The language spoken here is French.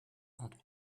entre